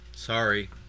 sorry